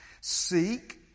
Seek